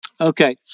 Okay